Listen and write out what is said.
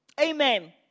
Amen